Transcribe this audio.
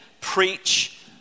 preach